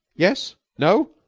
yes? no?